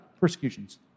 Persecutions